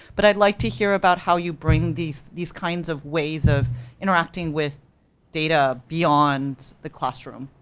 but i'd like to hear about how you bring these these kinds of ways of interacting with data beyond the classroom.